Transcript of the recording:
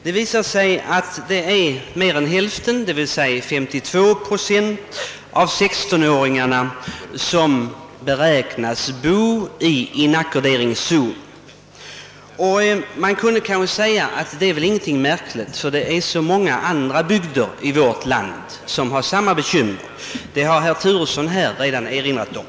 Det visar sig att det är mer än hälften — 52 procent — av 16-åringarna som beräknas bo i inackorderingszon. Man kunde kanske säga att det inte är någonting märkligt; det är ju så många andra bygder i vårt land som har samma bekymmer, det har herr Turesson redan erinrat om.